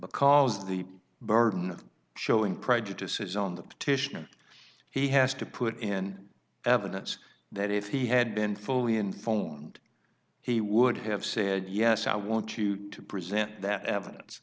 because the burden of showing prejudice is on the petition he has to put in evidence that if he had been fully in phoned he would have said yes i want you to present that evidence